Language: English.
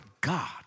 God